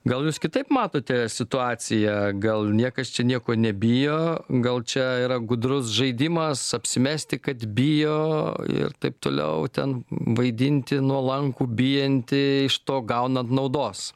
gal jūs kitaip matote situaciją gal niekas čia nieko nebijo gal čia yra gudrus žaidimas apsimesti kad bijo ir taip toliau ten vaidinti nuolankų bijantį iš to gaunant naudos